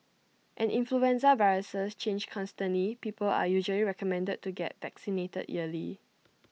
as influenza viruses change constantly people are usually recommended to get vaccinated yearly